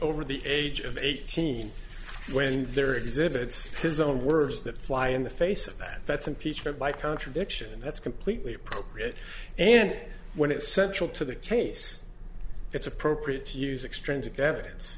over the age of eighteen when there exhibits his own words that fly in the face of that that's impeachment by contradiction and that's completely appropriate and when it's central to the case it's appropriate to use ex